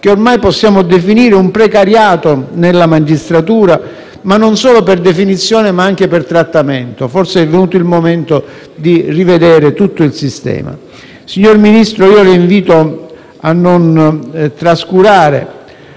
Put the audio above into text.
che ormai possiamo definire un precariato nella magistratura, non solo per definizione ma anche per trattamento. Forse è venuto il momento di rivedere tutto il sistema. Signor Ministro, la invito poi a non trascurare